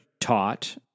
taught